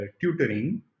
tutoring